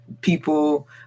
people